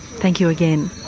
thank you again.